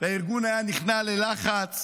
והארגון היה נכנע ללחץ,